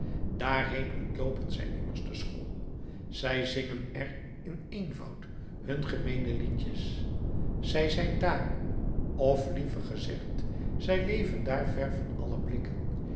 daarheen ontloopen zij immer de school zij zingen er in eenvoud hun gemeene liedjes zij zijn dààr of liever gezegd zij leven dààr ver van aller blikken